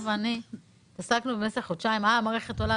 ואני עסקנו במשך חודשיים המערכת עולה,